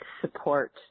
support